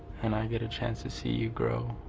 and i get a chance to see you grow